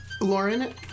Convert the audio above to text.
Lauren